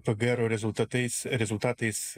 pgr rezultatais rezultatais